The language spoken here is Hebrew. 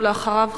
ואחריו,